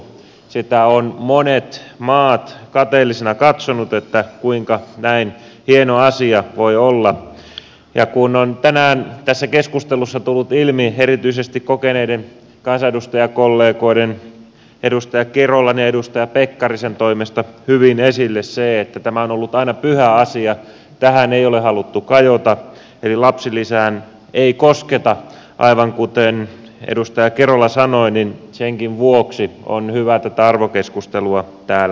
sitä ovat monet maat kateellisina katsoneet että kuinka näin hieno asia voi olla ja kun on tänään tässä keskustelussa tullut erityisesti kokeneiden kansanedustajakollegoiden edustaja kerolan ja edustaja pekkarisen toimesta hyvin esille se että tämä on ollut aina pyhä asia tähän ei ole haluttu kajota eli lapsilisään ei kosketa aivan kuten edustaja kerola sanoi niin senkin vuoksi on hyvä tätä arvokeskustelua täällä käydä